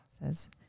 says